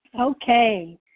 Okay